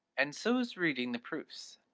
and so is reading the proofs,